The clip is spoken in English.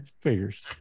figures